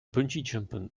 bungeejumpen